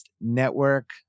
Network